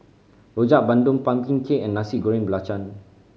Rojak Bandung pumpkin cake and Nasi Goreng Belacan